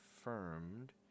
Confirmed